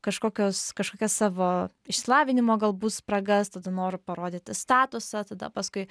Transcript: kažkokios kažkokias savo išsilavinimo galbūt spragas tada noru parodyti statusą tada paskui